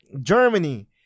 Germany